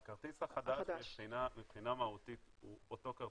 הכרטיס החדש מבחינה מהותית הוא אותו כרטיס,